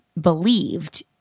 believed